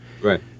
right